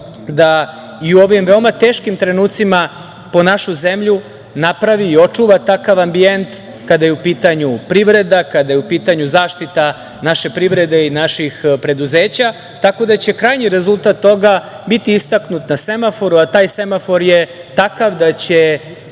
da u ovim veoma teškim trenucima po našu zemlju napravi i očuva takav ambijent, kada je u pitanju privreda, kada je u pitanju zaštita naše privrede i naših preduzeća. Tako da će krajnji rezultat toga biti istaknut na semaforu, a taj semafor je takav da će